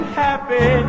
happy